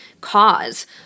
cause